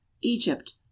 egypt